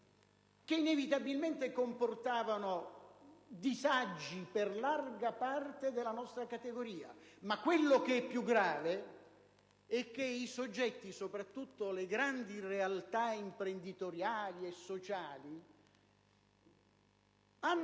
che inevitabilmente hanno comportato disagi per larga parte della nostra categoria. Ma quello che è più grave è che taluni soggetti, soprattutto le grandi realtà imprenditoriali e sociali, hanno